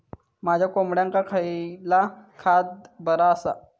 माझ्या कोंबड्यांका खयला खाद्य बरा आसा?